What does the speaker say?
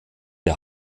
der